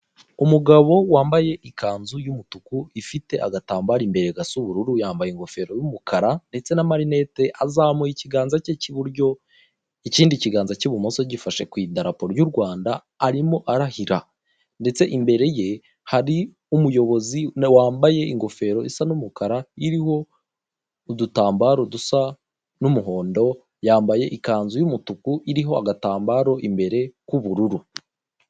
Umugabo wambaye ikanzu y'umutuku ifite agatambaro imbere gasa ubururu, yambaye ingofero y'umukara ndetse n'amarinete, azamuye ikiganza cye cy'iburyo ikindi kiganza cy'ibumoso gifashe ku idarapo ry'u Rwanda arimo arahira, ndetse imbere ye hari umuyobozi wambaye ingofero isa n'umukara iriho udutambaro dusa n'umuhondo, yambaye ikanzu y'umutuku iriho agatambaro imbere k'ubururu.